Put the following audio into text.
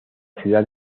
ciudad